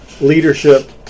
leadership